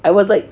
I was like